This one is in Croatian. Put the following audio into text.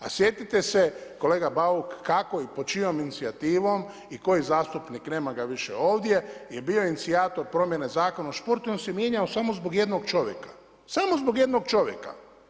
A sjetite se kolega Bauk, kako i pod čijom inicijativom i koji zastupnik, nema ga više ovdje, je bio inicijator promjene Zakona o sporu i on se mijenjao samo zbog jednog čovjeka, samo zbog jednog čovjeka.